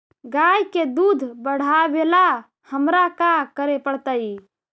गाय के दुध बढ़ावेला हमरा का करे पड़तई?